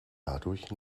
dadurch